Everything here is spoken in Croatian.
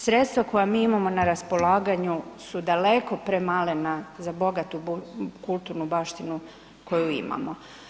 Sredstva koja mi imamo na raspolaganju su daleko premalena za bogatu kulturnu baštinu koju imamo.